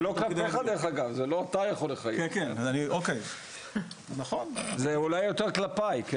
זה לא אתה יכול לחייב, זה אולי יותר כלפיי.